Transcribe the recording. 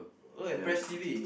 oh I press T_V